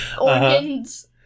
Organs